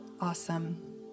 Awesome